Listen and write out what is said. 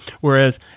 whereas